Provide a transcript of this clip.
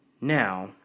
Now